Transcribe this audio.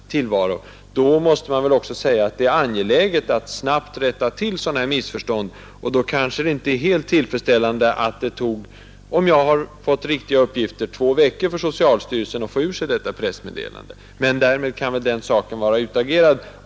Om man i socialstyrelsen är av samma uppfattning, så måste man väl också säga att det är angeläget att snabbt rätta till alla missförstånd, och då kanske det inte är helt tillfredsställande att det tog — om jag har fått riktiga uppgifter — två veckor för socialstyrelsen att få fram ett pressmeddelande. Men därmed kan väl den saken vara utagerad.